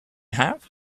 have